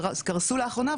קרסו לאחרונה,